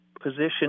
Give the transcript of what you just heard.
position